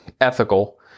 ethical